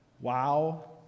Wow